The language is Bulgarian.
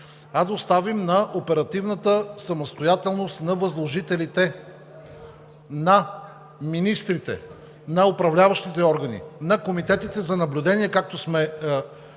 го оставим на оперативната самостоятелност на възложителите, на министрите, на управляващите органи, на комитетите за наблюдение, както сме